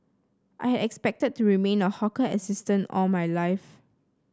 I had expected to remain a hawker assistant all my life